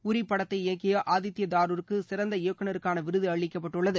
யூரி படத்தை இயக்கிய ஆதித்யதாருக்கு சிறந்த இயக்குநருக்கான விருது அளிக்கப்பட்டுள்ளது